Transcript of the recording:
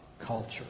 culture